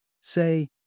Say